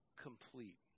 complete